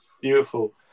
Beautiful